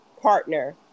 partner